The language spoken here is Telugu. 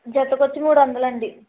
జతకి వచ్చి మూడు వందలు అండి